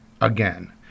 again